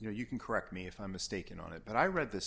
you know you can correct me if i'm mistaken on it but i read the